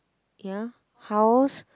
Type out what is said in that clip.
ya house